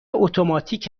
اتوماتیک